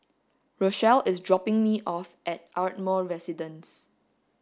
Rochelle is dropping me off at Ardmore Residence